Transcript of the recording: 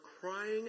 crying